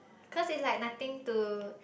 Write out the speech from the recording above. cause is like nothing to